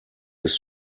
ist